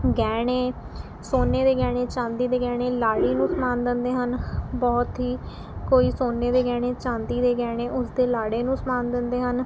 ਗਹਿਣੇ ਸੋਨੇ ਦੇ ਗਹਿਣੇ ਚਾਂਦੀ ਦੇ ਗਹਿਣੇ ਲਾੜੀ ਨੂੰ ਸਮਾਨ ਦਿੰਦੇ ਹਨ ਬਹੁਤ ਹੀ ਕੋਈ ਸੋਨੇ ਦੇ ਗਹਿਣੇ ਚਾਂਦੀ ਦੇ ਗਹਿਣੇ ਉਸਦੇ ਲਾੜੇ ਨੂੰ ਸਮਾਨ ਦਿੰਦੇ ਹਨ